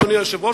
אדוני היושב-ראש,